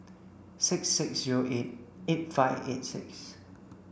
six six zero eight eight five eight six